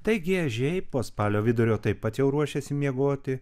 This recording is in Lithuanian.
taigi ežiai po spalio vidurio taip pat jau ruošiasi miegoti